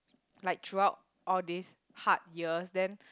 like through out all these hard years then